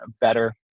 better